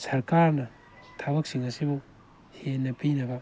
ꯁꯔꯀꯥꯔꯅ ꯊꯕꯛꯁꯤꯡ ꯑꯁꯤꯕꯨ ꯍꯦꯟꯅ ꯄꯤꯅꯕ